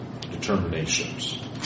determinations